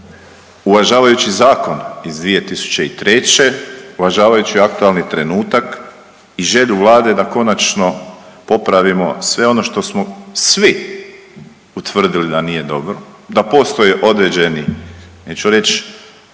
Uvažavajući zakon iz 2003., uvažavajući aktualni trenutak i želju Vlade da konačno popravimo sve ono što smo svi utvrdili da nije dobro, da postoje određeni neću reći